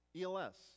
ELS